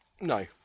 No